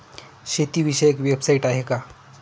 शेतीविषयक वेबसाइट आहे का?